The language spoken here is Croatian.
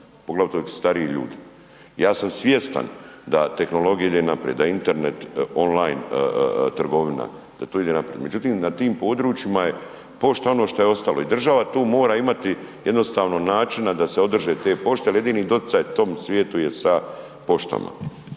ak su stariji ljudi. Ja sam svjestan da tehnologija ide naprijed, da Internet online trgovina da to ide naprid, međutim na tim područjima je pošta ono što je ostalo i država tu mora imati jednostavno načina da se održe te pošte jel jedini doticaj tom svijetu je sa poštama.